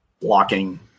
blocking